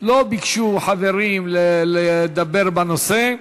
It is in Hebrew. לא ביקשו חברים לדבר בנושא.